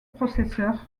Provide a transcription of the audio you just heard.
processeur